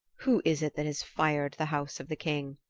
who is it that has fired the house of the king?